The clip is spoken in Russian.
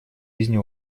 жизни